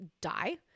die